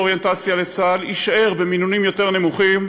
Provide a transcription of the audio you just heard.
אוריינטציה לצה"ל יישאר במינונים יותר נמוכים,